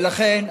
ולכן,